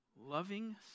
Loving